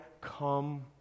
come